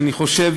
אני חושב,